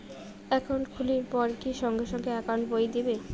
Account খুলির পর কি সঙ্গে সঙ্গে একাউন্ট বই দিবে?